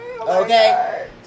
okay